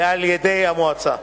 ועל-ידי מועצה.